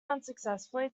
unsuccessfully